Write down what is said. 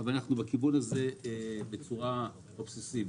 אבל אנחנו בכיוון בצורה אובססיבית.